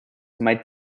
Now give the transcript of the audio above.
might